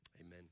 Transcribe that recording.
amen